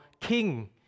king